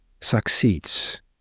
succeeds